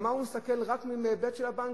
אבל הוא מסתכל רק מההיבט של הבנקים,